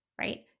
Right